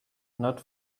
not